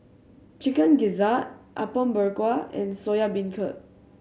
Chicken Gizzard Apom Berkuah and Soya Beancurd